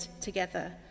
together